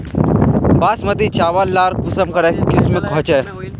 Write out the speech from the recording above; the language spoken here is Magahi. बासमती चावल लार कुंसम करे किसम होचए?